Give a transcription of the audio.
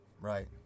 Right